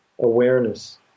awareness